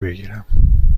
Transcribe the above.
بگیرم